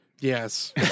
Yes